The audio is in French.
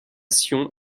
sion